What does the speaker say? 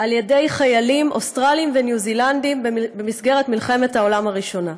על ידי חיילים אוסטרלים וניו זילנדים במלחמת העולם הראשונה.